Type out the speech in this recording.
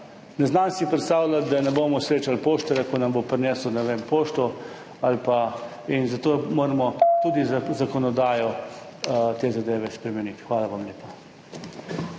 Ne znam si predstavljati, da ne bomo srečali poštarja, ki nam bo prinesel, ne vem, pošto, zato moramo tudi z zakonodajo te zadeve spremeniti. Hvala vam lepa.